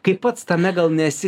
kai pats tame gal nesi